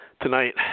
Tonight